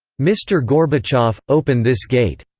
mr. gorbachev, open this gate!